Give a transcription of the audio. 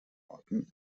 orten